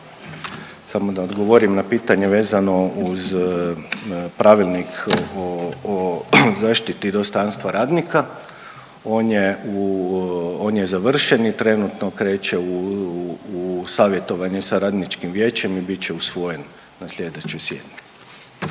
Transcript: Samo da odgovorim na pitanje vezano uz Pravilnik o, o zaštiti dostojanstva radnika, on je, on je završen i trenutno kreće u savjetovanje sa Radničkim vijećem i bit će usvojen na slijedećoj sjednici.